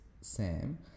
sam